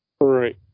Right